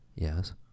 Yes